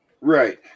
Right